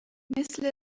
مثل